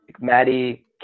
Maddie